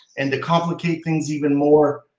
and to complicate things even more,